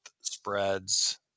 spreads